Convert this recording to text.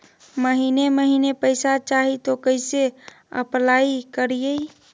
महीने महीने पैसा चाही, तो कैसे अप्लाई करिए?